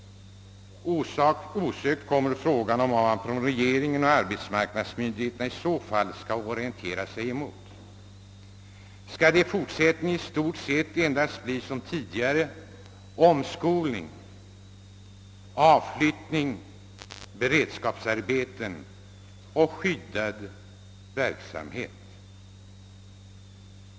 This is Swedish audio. Osökt kommer frågan om vad man från regeringen och arbetsmarknadsmyndigheterna i så fall skall orientera sig emot. Skall det i fortsättningen i stort sett endast bli som förut: omskolning, avflyttning, beredskapsarbeten och skyddad verksamhet?